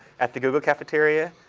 at the google cafeteria.